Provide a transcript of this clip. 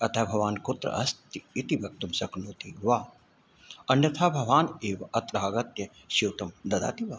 अतः भवान् कुत्र अस्ति इति वक्तुं शक्नोति वा अन्यथा भवान् एव अत्र आगत्य स्यूतं ददाति वा